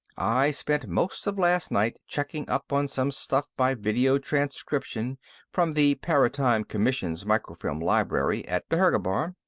i spent most of last night checking up on some stuff by video-transcription from the paratime commission's microfilm library at dhergabar.